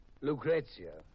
Lucrezia